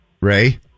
Ray